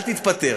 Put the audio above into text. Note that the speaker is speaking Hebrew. "אל תתפטר".